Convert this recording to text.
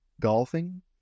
Golfing